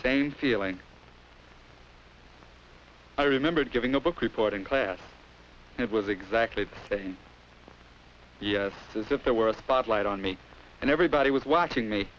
same feeling it's i remembered giving a book report in class it was exactly the same as if there were a spotlight on me and everybody was watching me